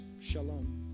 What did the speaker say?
shalom